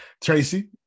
tracy